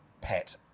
pet